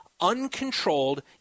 uncontrolled